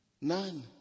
None